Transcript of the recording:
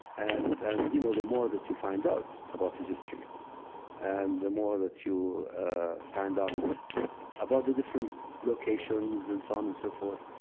and and you know, the more that you find out about his history and the more that you find out about the different locations and so on and so forth,